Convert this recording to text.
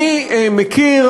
אני מכיר,